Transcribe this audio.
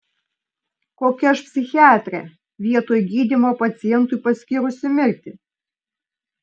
kokia aš psichiatrė vietoj gydymo pacientui paskyrusi mirtį